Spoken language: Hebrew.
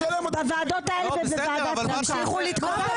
הוא מצלם אותנו.